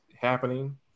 happening